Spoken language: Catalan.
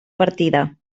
partida